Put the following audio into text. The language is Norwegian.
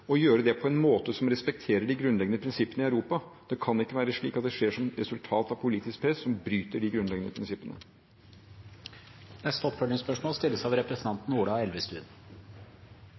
gjøre det på en måte som respekterer de grunnleggende prinsippene i Europa. Det kan ikke være slik at det skjer som resultat av politisk press som bryter de grunnleggende prinsippene. Ola Elvestuen – til oppfølgingsspørsmål.